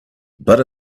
but